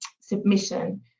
submission